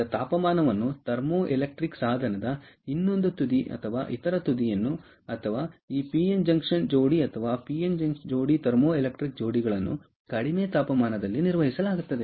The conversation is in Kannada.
ಆದ್ದರಿಂದ ತಾಪಮಾನವನ್ನು ಥರ್ಮೋಎಲೆಕ್ಟ್ರಿಕ್ ಸಾಧನದ ಇನ್ನೊಂದು ತುದಿ ಅಥವಾ ಇತರ ತುದಿಯನ್ನು ಅಥವಾ ಈ ಪಿಎನ್ ಜಂಕ್ಷನ್ ಜೋಡಿ ಅಥವಾ ಪಿಎನ್ ಜೋಡಿ ಥರ್ಮೋಎಲೆಕ್ಟ್ರಿಕ್ ಜೋಡಿಗಳನ್ನು ಕಡಿಮೆ ತಾಪಮಾನದಲ್ಲಿ ನಿರ್ವಹಿಸಲಾಗುತ್ತದೆ